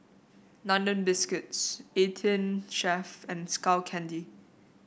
London Biscuits Eighteen Chef and Skull Candy